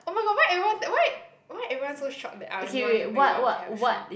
oh my god why everyone why why everyone so shock that I only want to bring one pair of shoe